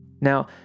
Now